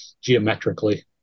geometrically